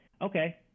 okay